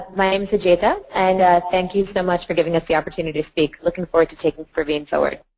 my name is ajaita and thank you so much for giving us the opportunity to speak. looking forward to take and praveen forward.